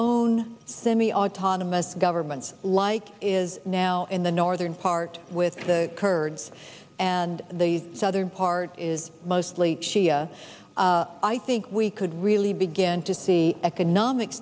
own semi autonomous governments like is now in the northern part with the kurds and the southern part is mostly shia i think we could really began to see economic